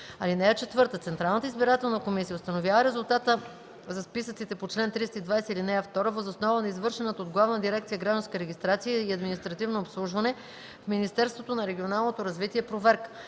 (4) Централната избирателна комисия установява резултата за списъците по чл. 367, ал. 2 въз основа на извършената от Главна дирекция „Гражданска регистрация и административно обслужване” в Министерството на регионалното развитие проверка.